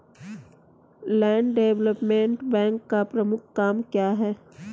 Land development bank का प्रमुख काम क्या है?